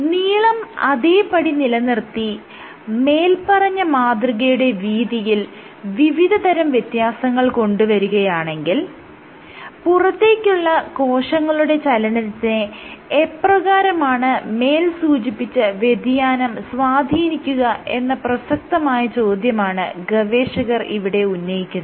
നീളം അതേപടി നിലനിർത്തി മേല്പറഞ്ഞ മാതൃകയുടെ വീതിയിൽ വിവിധതരം വ്യത്യാസങ്ങൾ കൊണ്ടുവരികയാണെങ്കിൽ പുറത്തേക്കുള്ള കോശങ്ങളുടെ ചലനത്തിനെ എപ്രകാരമാണ് മേൽസൂചിപ്പിച്ച വ്യതിയാനം സ്വാധീനിക്കുക എന്ന പ്രസക്തമായ ചോദ്യമാണ് ഗവേഷകർ ഇവിടെ ഉന്നയിക്കുന്നത്